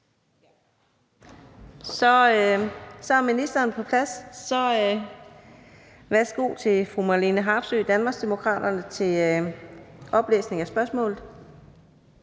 (Karina Adsbøl): Værsgo til fru Marlene Harpsøe, Danmarksdemokraterne, til oplæsning af spørgsmålet.